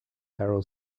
harrow